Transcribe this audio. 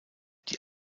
die